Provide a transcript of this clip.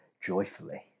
joyfully